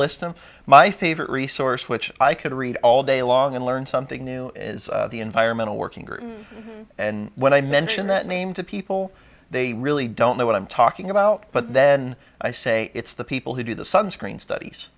of my favorite resource which i could read all day long and learn something new is the environmental working group and when i mention that name to people they really don't know what i'm talking about but then i say it's the people who do the sunscreen studies